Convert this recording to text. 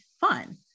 fun